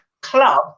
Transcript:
club